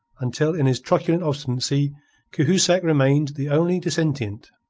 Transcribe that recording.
until in his truculent obstinacy cahusac remained the only dissentient.